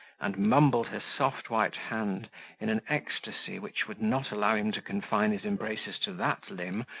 and mumbled her soft white hand in an ecstasy which would not allow him to confine his embraces to that limb,